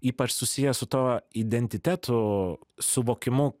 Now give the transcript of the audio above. ypač susiję su tuo identiteto suvokimu